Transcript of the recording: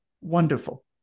wonderful